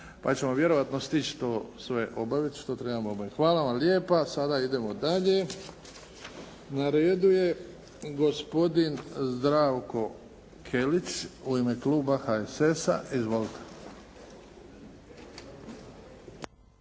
Pa ćemo vjerojatno stići to sve obavit što trebamo obaviti. Hvala vam lijepa. Sada idemo dalje. Na redu je gospodin Zdravko Kelić u ime kluba HSS-a. Izvolite.